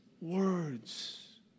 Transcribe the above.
words